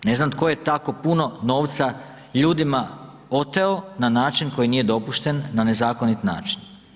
Ne znam tko je tako puno novca ljudima oteo na način koji nije dopušten, na nezakonit način.